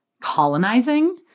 colonizing